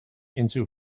into